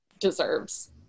deserves